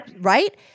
right